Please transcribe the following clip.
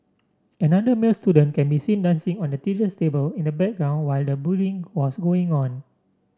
another male student can be seen dancing on the teacher's table in the background while the bullying was going on